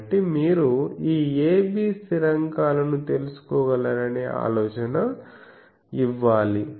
కాబట్టి మీరు ఈ a b స్థిరాంకాలను తెలుసుకోగలరనే ఆలోచన ఇవ్వాలి